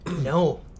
no